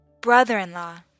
brother-in-law